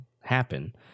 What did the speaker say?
happen